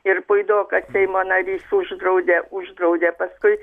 ir puidokas seimo narys uždraudė uždraudė paskui